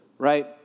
right